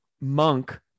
monk